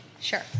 Sure